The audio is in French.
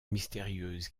mystérieuse